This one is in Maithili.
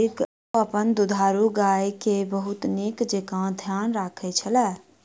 ओ अपन दुधारू गाय के बहुत नीक जेँका ध्यान रखै छला